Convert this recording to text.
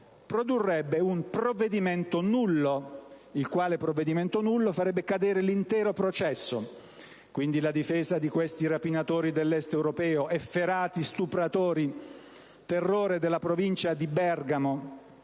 produrrebbe un provvedimento nullo, il quale farebbe cadere l'intero processo. Quindi, gli avvocati di questi rapinatori dell'Est europeo, efferati stupratori, terrore della provincia di Bergamo